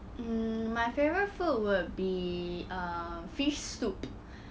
mm my favourite food would be err fish soup